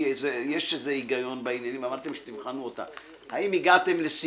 כי יש היגיון בה אמרתם שתבחנו אותה - האם הגענו לסיכום?